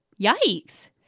Yikes